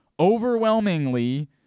Overwhelmingly